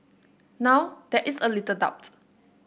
now there is little doubt